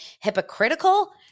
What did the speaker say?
hypocritical